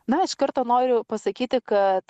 na iš karto noriu pasakyti kad